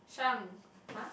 Shang !huh!